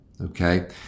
okay